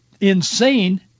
insane